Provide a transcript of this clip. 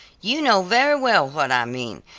you know very well what i mean.